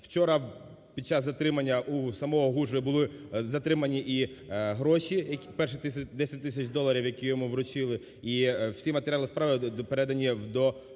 вчора під час затримання у самого Гужви були затримані і гроші, перше, 10 тисяч доларів, які йому вручили, і всі матеріали справи передані до суду